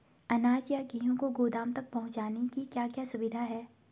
अनाज या गेहूँ को गोदाम तक पहुंचाने की क्या क्या सुविधा है?